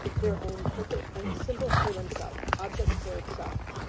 their own purpose and symbols for themselves, objects for itself.